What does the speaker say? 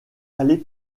aller